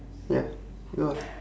ya